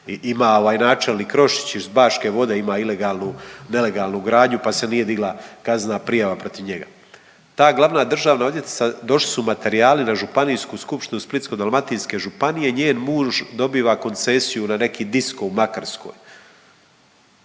Ima ovaj načelnik Rošić iz Baške vode ima ilegalnu, nelegalnu gradnju pa se nije digla kaznena prijava protiv njega. Ta glavna državna odvjetnica došli su materijali na Županijsku skupštinu Splitsko-dalmatinske županije njen muž dobiva koncesiju na neki disko u Makarskoj.